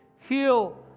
Heal